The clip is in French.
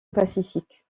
pacifique